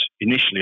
initially